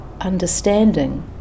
understanding